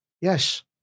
yes